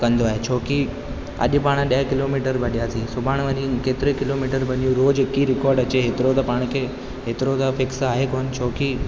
कंदो आहे छोकी अॼु पाण ॾह किलोमीटर भॼियासीं सुभाणे वरी केतिरे किलोमीटर भॼूं रोज़ु हिक ई रिकॉर्ड अचे हेतिरो त पाण खे हितिरो त फिक्स आहे कोन छोकी